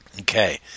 Okay